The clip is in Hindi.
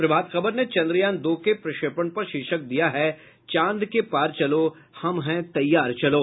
प्रभात खबर ने चन्द्रयान दो के प्रक्षेपण पर शीर्षक दिया है चांद के पार चलो हम हैं तैयार चलो